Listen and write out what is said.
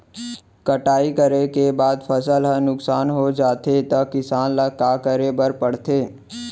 कटाई करे के बाद फसल ह नुकसान हो जाथे त किसान ल का करे बर पढ़थे?